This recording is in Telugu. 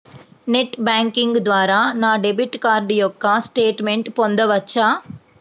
నెట్ బ్యాంకింగ్ ద్వారా నా డెబిట్ కార్డ్ యొక్క స్టేట్మెంట్ పొందవచ్చా?